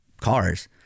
cars